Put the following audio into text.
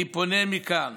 אני פונה מכאן